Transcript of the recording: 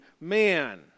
man